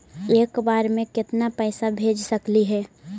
एक बार मे केतना पैसा भेज सकली हे?